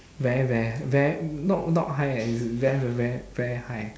very very h~ very not not high eh is very ve~ ve~ very high